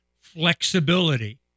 flexibility